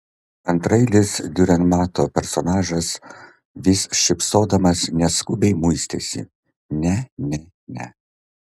antraeilis diurenmato personažas vis šypsodamas neskubiai muistėsi ne ne ne